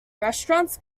restaurants